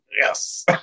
yes